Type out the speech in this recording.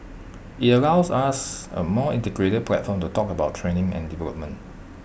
IT allows us A more integrated platform to talk about training and development